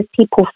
people